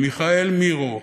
מיכאל מירו,